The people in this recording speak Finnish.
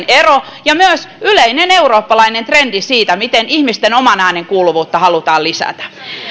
ero ja myös yleinen eurooppalainen trendi siitä miten ihmisten oman äänen kuuluvuutta halutaan lisätä